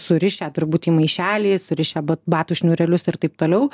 surišę turbūt į maišelį surišę ba batų šniūrelius ir taip toliau